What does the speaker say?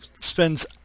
spends